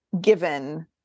given